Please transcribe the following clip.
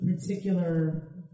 Particular